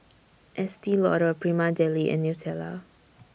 Estee Lauder Prima Deli and Nutella